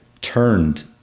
turned